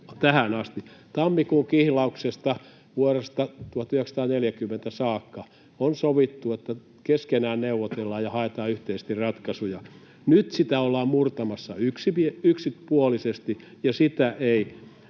Tammikuun kihlauksesta vuodesta 1940 saakka on sovittu, että keskenään neuvotellaan ja haetaan yhteisesti ratkaisuja. Nyt sitä ollaan murtamassa yksipuolisesti, ja sitä ei